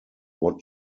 what